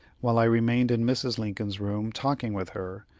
while i remained in mrs. lincoln's room, talking with her,